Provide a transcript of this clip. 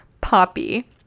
Poppy